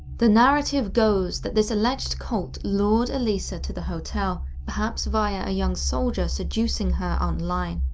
the narrative goes that this alleged cult lured elisa to the hotel, perhaps via a young soldier seducing her online.